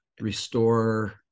restore